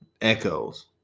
echoes